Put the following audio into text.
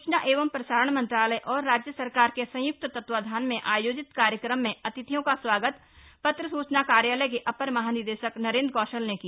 सूचना और प्रसारण मंत्रालय और राज्य सरकार के संयुक्त तत्वावधान में आयोजित कार्यक्रम में अतिथियों का स्वागत पत्र सूचना कार्यालय के अपर महानिदेशक नरेंद्र कौशल ने किया